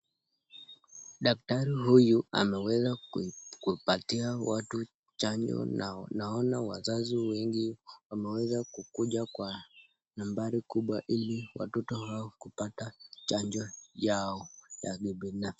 Daktari huyu ameweza kupatia watu chanjo na naona wazazi wengi wameweza kukuja kwa nambari kubwa hili watoto wao kupata chanjo yao ya kibina...